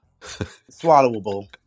swallowable